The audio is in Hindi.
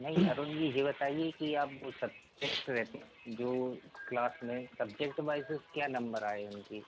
नहीं अरुन जी यह बताइए कि आप एक सेकेंड जो क्लास में सब्जेक्ट वाइसेस क्या नंबर आए हैं उनकी